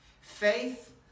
Faith